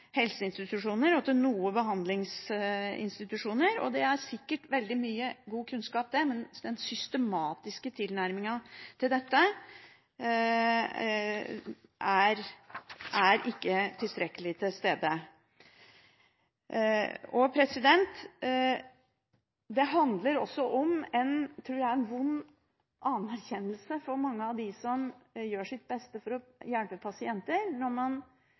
helseinstitusjoner og noen behandlingsinstitusjoner. Det er sikkert veldig mye god kunnskap, men den systematiske tilnærmingen til dette er ikke tilstrekkelig til stede. Det handler også om, tror jeg, en vond erkjennelse for mange av dem som gjør sitt beste for å hjelpe pasienter, når man